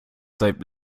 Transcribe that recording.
seit